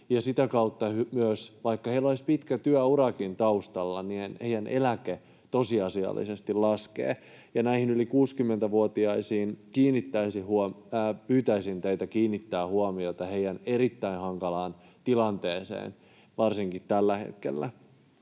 Sitä kautta myös, vaikka heillä olisi pitkä työurakin taustalla, eläke tosiasiallisesti laskee. Näihin yli 60-vuotiaisiin pyytäisin teitä kiinnittämään huomiota, heidän erittäin hankalaan tilanteeseensa varsinkin tällä hetkellä.